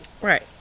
Right